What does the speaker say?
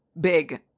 big